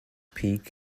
peak